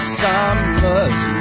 summer's